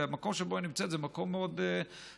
והמקום שבו היא נמצאת זה מקום מאוד גבוה